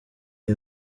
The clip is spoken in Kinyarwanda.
iyi